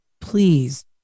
please